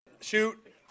shoot